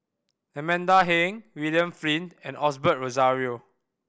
Amanda Heng William Flint and Osbert Rozario